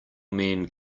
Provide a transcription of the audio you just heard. men